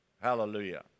Hallelujah